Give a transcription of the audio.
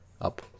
up